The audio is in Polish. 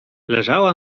leżała